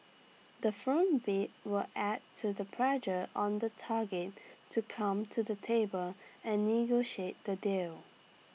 the firm bid will add to the pressure on the target to come to the table and negotiate the deal